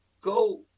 go